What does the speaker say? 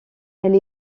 elle